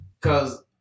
cause